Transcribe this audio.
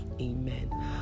Amen